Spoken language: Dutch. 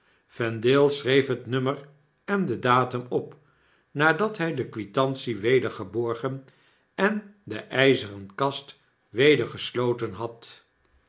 vendale schreef het nummer en den datum op nadat fry de quitantie weder geborgen en de ijzeren kast weder gesloten had